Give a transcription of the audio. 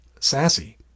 Sassy